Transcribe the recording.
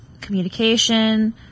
communication